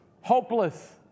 hopeless